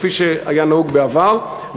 כפי שהיה נהוג בעבר,